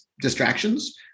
distractions